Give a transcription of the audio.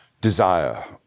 desire